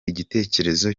igitekerezo